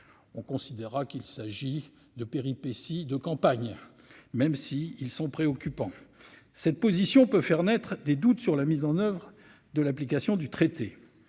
on considérera qu'il s'agit de péripéties de campagne, même si ils sont préoccupants, cette position peut faire naître des doutes sur la mise en oeuvre de l'application du traité